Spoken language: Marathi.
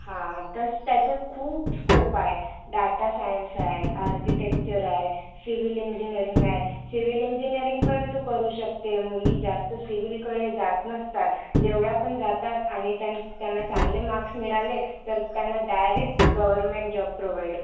हां तसं त्याच्यात खूप स्कोप आहे डाटा सायन्स आहे आर्किटेक्चर आहे सिविल इंजिनिअरिंग आहे सिविल इंजिनिअरिंग पण तू करू शकते मुली जास्त सिविलकडे जात नसतात जेवढ्या पण जातात आणि त्यां त्यांना चांगले मार्क्स मिळाले तर त्यांना डायरेक्ट गवरमेंट जॉब प्रोवाईड होते